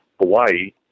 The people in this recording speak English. Hawaii